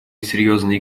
серьезные